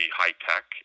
high-tech